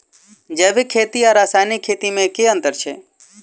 जैविक खेती आ रासायनिक खेती मे केँ अंतर छै?